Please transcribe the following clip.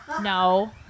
No